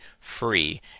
free